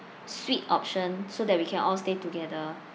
suite option so that we can all stay together